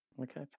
Okay